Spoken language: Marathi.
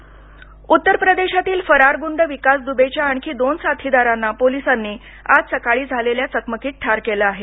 दुबे उत्तर प्रदेशातील फरार गुंड विकास दुबेच्या आणखी दोन साथीदारांना पोलिसांनी आज सकाळी झालेल्या चकमकीत ठार केलं आहे